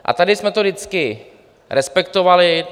A tady jsme to vždycky respektovali.